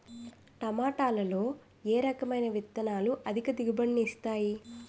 టమాటాలో ఏ రకమైన విత్తనాలు అధిక దిగుబడిని ఇస్తాయి